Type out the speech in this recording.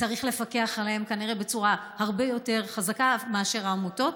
צריך לפקח עליהם כנראה בצורה הרבה יותר חזקה מאשר העמותות,